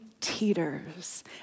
teeters